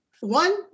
one